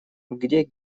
где